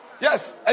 yes